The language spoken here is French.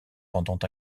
pendant